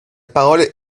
parole